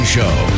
Show